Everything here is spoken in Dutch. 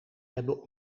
hebben